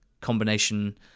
combination